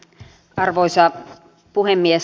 arvoisa puhemies